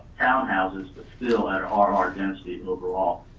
townhouses but still at ah rr ah rr density overall.